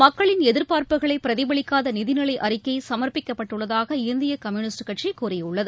மக்களின் எதிர்பார்ப்புகளை பிரதிபலிக்காத நிதிநிலை அறிக்கை சமர்ப்பிக்கப்பட்டுள்ளதாக இந்திய கம்யூனிஸ்ட் கட்சி கூறியுள்ளது